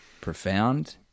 profound